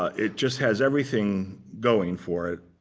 ah it just has everything going for it.